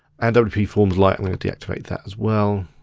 and wpforms lite, i'm gonna deactivate that as well.